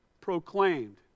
proclaimed